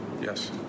yes